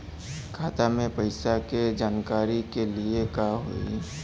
खाता मे पैसा के जानकारी के लिए का होई?